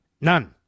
None